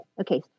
Okay